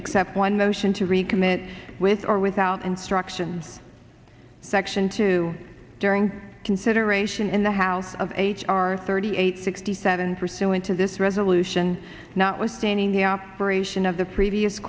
except one motion to recommit with or without instructions section two during consideration in the house of h r thirty eight sixty seven pursuant to this resolution notwithstanding the operation of the previous